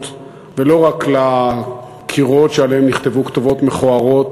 ולא רק לקירות שעליהם נכתבו כתובות מכוערות,